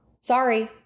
sorry